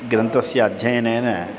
ग्रन्थस्य अध्ययनेन